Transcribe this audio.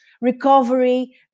recovery